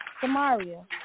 Samaria